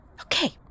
Okay